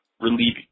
relieving